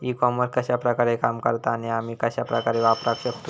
E commerce कश्या प्रकारे काम करता आणि आमी कश्या प्रकारे वापराक शकतू?